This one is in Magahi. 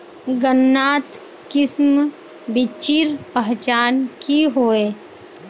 गन्नात किसम बिच्चिर पहचान की होय?